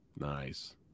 nice